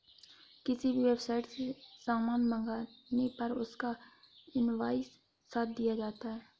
किसी भी वेबसाईट से सामान मंगाने पर उसका इन्वॉइस साथ दिया जाता है